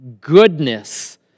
goodness